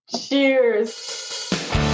Cheers